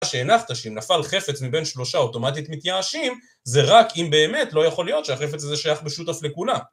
כשהנחת שנפל חפץ מבין שלושה אוטומטית מתייאשים זה רק אם באמת לא יכול להיות שהחפץ הזה שייך בשותף לכולם.